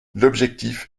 l’objectif